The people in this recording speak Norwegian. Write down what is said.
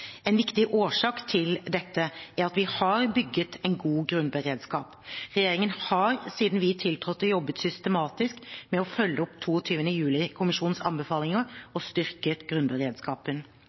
En viktig årsak til dette er at vi har bygget en god grunnberedskap. Regjeringen har siden vi tiltrådte, jobbet systematisk med å følge opp 22. juli-kommisjonens anbefalinger og styrke grunnberedskapen.